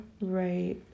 Right